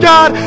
God